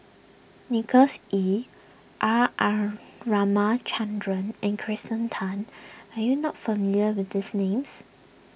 Nicholas Ee R R Ramachandran and Kirsten Tan are you not familiar with these names